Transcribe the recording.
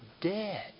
dead